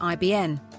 IBN